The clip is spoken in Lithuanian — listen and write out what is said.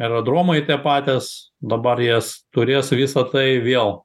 aerodromai tie patys dabar jas turės visa tai vėl